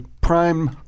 prime